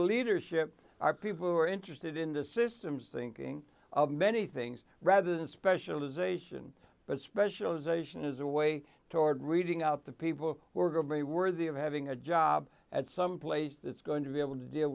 leadership are people who are interested in the systems thinking of many things rather than specialisation but specialization is a way toward reading out the people were very worthy of having a job at some place that's going to be able to deal